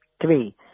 Three